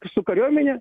su kariuomene